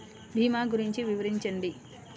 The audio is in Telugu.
భీమా గురించి వివరించండి?